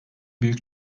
büyük